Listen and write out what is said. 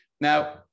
Now